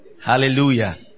Hallelujah